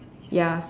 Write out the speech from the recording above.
ya